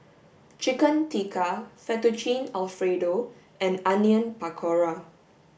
chicken tikka fettuccine alfredo and onion pakora